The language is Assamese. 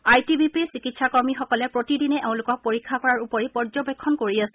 আই টি বি পিৰ চিকিৎসাকৰ্মীসকলে প্ৰতিদিনেই এওঁলোকক পৰীক্ষা কৰাৰ উপৰি পৰ্য্যবেক্ষণ কৰি আছে